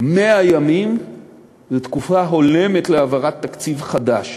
100 ימים זו תקופה הולמת להעברת תקציב חדש.